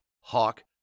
Hawk